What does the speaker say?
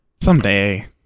someday